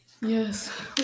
Yes